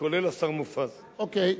כולל השר מופז, אוקיי.